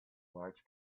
large